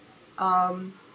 um